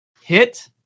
Hit